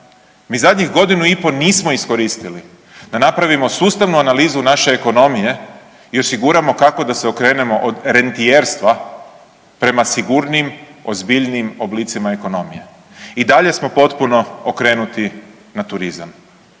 mi zadnjih godinu i po nismo iskoristili da napravimo sustavnu analizu naše ekonomije i osiguramo kako da se okrenemo od rentijerstva prema sigurnijim, ozbiljnijim oblicima ekonomije. I dalje smo potpuno okrenuti na turizam.